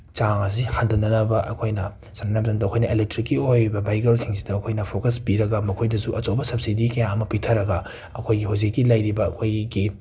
ꯆꯥꯡ ꯑꯁꯤ ꯍꯟꯊꯅꯅꯕ ꯑꯩꯈꯣꯏꯅ ꯊꯝꯅꯕꯒꯤꯗꯃꯛ ꯑꯩꯈꯣꯏꯅ ꯑꯦꯂꯦꯇ꯭ꯔꯤꯛꯀꯤ ꯑꯣꯏꯔꯤꯕ ꯚꯦꯍꯤꯀꯜꯁꯁꯤꯡꯁꯤꯗ ꯑꯩꯈꯣꯏꯅ ꯐꯣꯀꯁ ꯄꯤꯔꯒ ꯃꯈꯣꯏꯗꯁꯨ ꯑꯆꯧꯕ ꯁꯕꯁꯤꯗꯤ ꯀꯌꯥ ꯑꯃ ꯄꯤꯊꯔꯒ ꯑꯩꯈꯣꯏꯒꯤ ꯍꯧꯖꯤꯛꯀꯤ ꯂꯩꯔꯤꯕ ꯑꯩꯈꯣꯏꯒꯤ ꯀꯩ